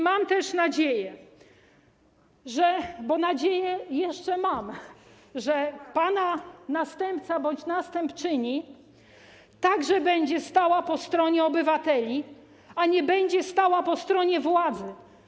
Mam też nadzieję - bo nadzieję jeszcze mam - że pana następca, bądź następczyni, także będzie stał po stronie obywateli, a nie będzie stał po stronie władzy.